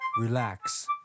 Relax